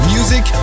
Music